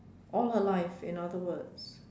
all her life in other words